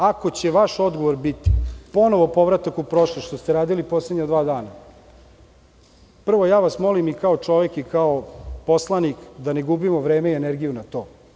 Ako će vaš odgovor biti ponovo povratak u prošlost, što ste radili poslednja dva dana, prvo, molim vas i kao čovek i kao poslanik da ne gubimo vreme i energiju na to.